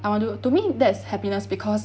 I want to to me that's happiness because